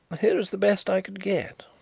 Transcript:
here is the best i could get.